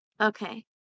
okay